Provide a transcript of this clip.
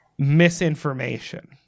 misinformation